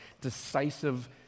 decisive